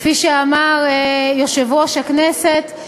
כפי שאמר יושב-ראש הכנסת,